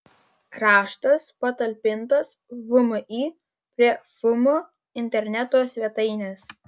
raštas patalpintas vmi prie fm interneto svetainėje